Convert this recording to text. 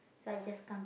ya